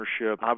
ownership